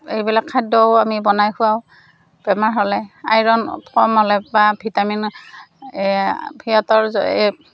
এইবিলাক খাদ্যও আমি বনাই খুৱাওঁ বেমাৰ হ'লে আইৰন কম হ'লে বা ভিটামিন এই সিহতঁৰ